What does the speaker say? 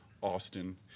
Austin